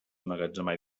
emmagatzemar